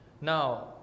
Now